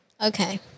Okay